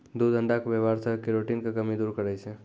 दूध अण्डा के वेवहार से केरोटिन के कमी दूर करै छै